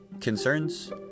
concerns